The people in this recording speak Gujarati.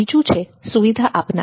બીજું છે સુવિધા આપનાર